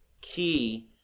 key